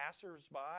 passers-by